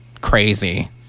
crazy